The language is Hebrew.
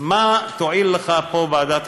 מה תועיל לך פה ועדת חקירה?